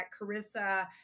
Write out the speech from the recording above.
Carissa